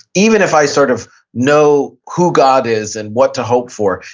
even if i sort of know who god is and what to hope for,